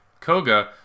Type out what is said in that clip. Koga